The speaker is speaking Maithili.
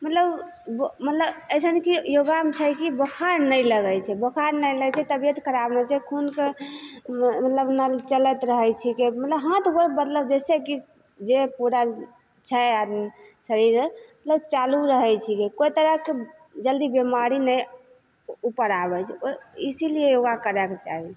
मतलब मतलब अइसन कि योगामे छै कि बोखार नहि लगै छै बोखार नहि लगै छै तबिअत खराब नहि होइ छै खूनके मतलब नल चलैत रहै छिकै मतलब हाथ गोड़ मतलब जइसेकि जे पूरा छै आदमी शरीर मतलब चालू रहै छिकै कोइ तरहके जल्दी बेमारी नहि उपर आबै छै ओहि इसीलिए योगा करैके चाही